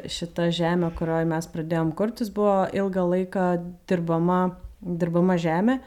šita žemė kurioj mes pradėjom kurtis buvo ilgą laiką dirbama dirbama žemė